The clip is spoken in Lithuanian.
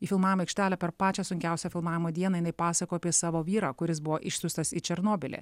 į filmavimo aikštelę per pačią sunkiausią filmavimo dieną jinai pasakojo apie savo vyrą kuris buvo išsiųstas į černobylį